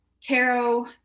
tarot